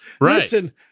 listen